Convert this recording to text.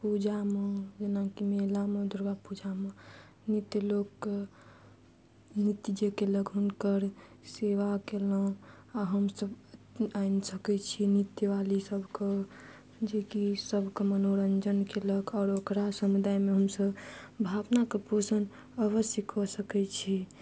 पूजामे जेनाकि मेलामे दुर्गा पूजामे नृत्य लोकके नृत्य लगन करि सेवा केलहुॅं आ हमसब आनि सकैत छी नृत्यवाली सबके जेकि सबके मनोरञ्जन केलक आओर ओकरा समुदायमे हमसब भावनाके पोषण अवश्य कऽ सकैत छी